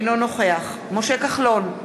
אינו נוכח משה כחלון,